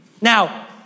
now